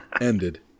ended